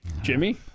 Jimmy